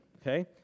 okay